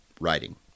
Writing